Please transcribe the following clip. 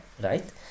right